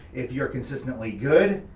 if you're consistently good,